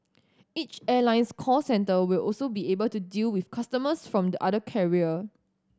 each airline's call centre will also be able to deal with customers from the other carrier